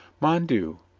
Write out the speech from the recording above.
mon dieu,